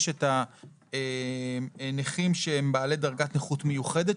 יש את הנכים שהם בעלי דרגת נכות מיוחדת,